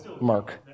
mark